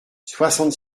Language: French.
soixante